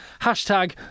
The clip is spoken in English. Hashtag